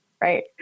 right